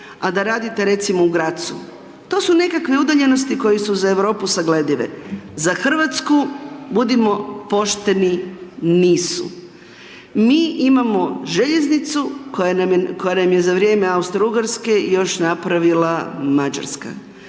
a da radite recimo u Grazu. To su nekakve udaljenosti koje su za Europu sagledive, za Hrvatsku budimo pošteni nisu. Mi imamo željeznicu koja nam je za vrijeme Austrougarske još napravila Mađarska.